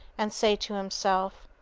and say to himself,